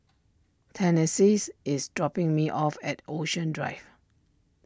Tennessee is dropping me off at Ocean Drive